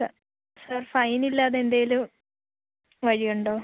sir sir fine ഇല്ലാതെ എന്തെങ്കിലും വഴിയുണ്ടോ